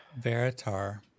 Veritar